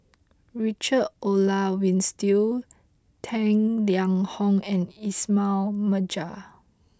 Richard Olaf Winstedt Tang Liang Hong and Ismail Marjan